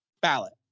Ballot